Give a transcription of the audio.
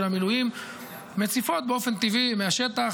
המילואים מציפות באופן טבעי צרכים מהשטח,